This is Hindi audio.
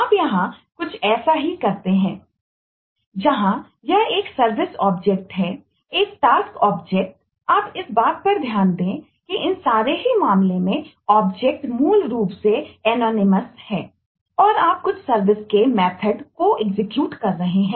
आप यहां भी कुछ ऐसा ही करते हैं जहां यह एक सर्विस ऑब्जेक्ट है